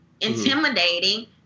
intimidating